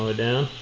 ah down.